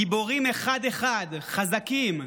גיבורים אחד-אחד, חזקים,